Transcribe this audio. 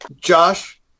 Josh